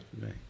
Right